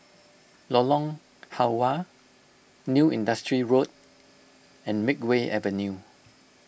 Lorong Halwa New Industrial Road and Makeway Avenue